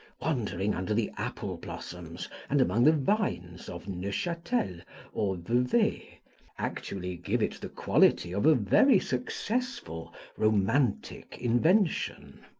wandering under the apple-blossoms and among the vines of neuchatel or vevey actually give it the quality of a very successful romantic invention.